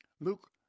Luke